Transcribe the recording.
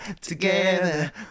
together